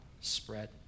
spread